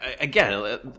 again